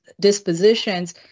dispositions